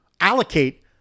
allocate